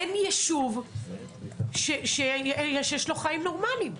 אין יישוב שיש לו חיים נורמליים.